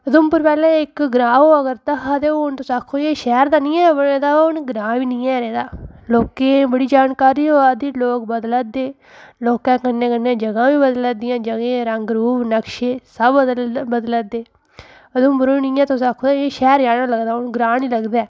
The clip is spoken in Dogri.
उधमपुर पैह्लें इक ग्रांऽ होआ करदा हा हून तुस आक्खो एह् शैह्र बनी गै गेदा हून ग्रांऽ निं ऐ रेह् दा लोकें ई बड़ी जानकारी होआ दी लोक बदला दे लोकें कन्नै कन्नै जगह् बी बदला दियां जगहें रंग रूप नक़्शे सब बदला दे उधमपुर हून जि'यां तुस आक्खो हून शैह्र जन ई लगदा ऐ हून ग्रांऽ निं लगदा ऐ